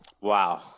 wow